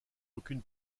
aucune